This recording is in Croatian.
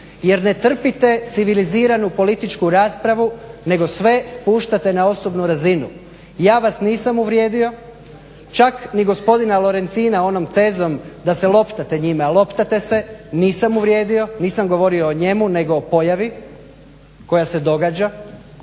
jer ne trpite civiliziranu političku raspravu nego sve spuštate na osobnu razinu. Ja vas nisam uvrijedio. Čak ni gospodina Lorencina onom tezom da se loptate njime a loptate se nisam uvrijedio. Nisam govorio o njemu nego o pojavi koja se događa.